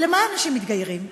למה אנשים מתגיירים?